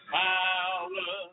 power